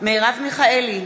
מרב מיכאלי,